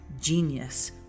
Genius